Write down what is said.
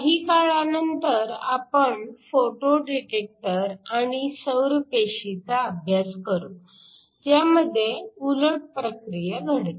काही काळानंतर आपण फोटो डिटेक्टर आणि सौर पेशी चा अभ्यास करू ज्यामध्ये उलट प्रक्रिया घडते